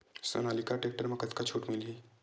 Sonalika tractor म कतका छूट मिलही?